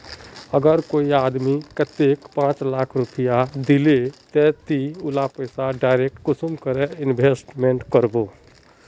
अगर कोई आदमी कतेक पाँच लाख रुपया दिले ते ती उला पैसा डायरक कुंसम करे इन्वेस्टमेंट करबो?